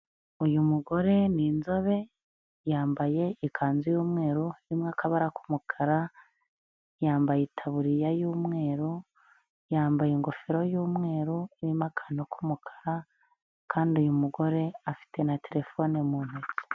Uyu mugore ni inzobe yambaye ikanzu y'umweru irimo akabara k'umukara, yambaye itabuririya y'umweru, yambaye ingofero y'umweru irimo akantu k'umukara kandi uyu mugore afite na telefone mu ntoki.